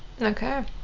Okay